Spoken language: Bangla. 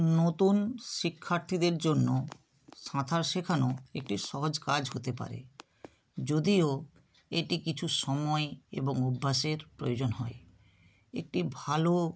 নতুন শিক্ষার্থীদের জন্য সাঁতার শেখানো একটি সহজ কাজ হতে পারে যদিও এটি কিছু সময় এবং অভ্যাসের প্রয়োজন হয় একটি ভালো